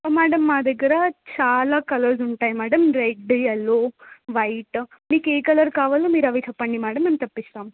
madam మా దగ్గర చాలా కలర్స్ ఉంటాయి మేడం రెడ్ ఎల్లో వైట్ మీకు ఏ కలర్ కావాలో మీరు అవి చెప్పండి మేడం మేము తప్పిస్తాం